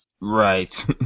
Right